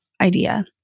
idea